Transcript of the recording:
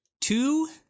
Two